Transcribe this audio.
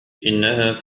إنها